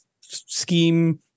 scheme